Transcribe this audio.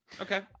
Okay